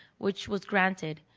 which was granted.